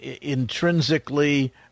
intrinsically